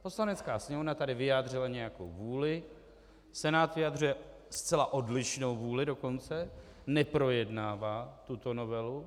Poslanecká sněmovna tady vyjádřila nějakou vůli, Senát vyjadřuje zcela odlišnou vůli dokonce, neprojednává tuto novelu.